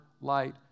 light